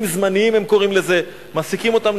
הם קוראים לזה "מרצים זמניים".